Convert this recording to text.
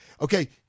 okay